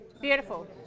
Beautiful